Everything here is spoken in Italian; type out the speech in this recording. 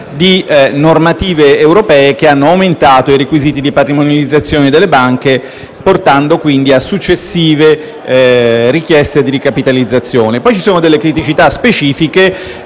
di normative europee che hanno aumentato i requisiti di patrimonializzazione delle banche, portando quindi a successive richieste di ricapitalizzazione. Inoltre, vi sono delle criticità specifiche,